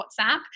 WhatsApp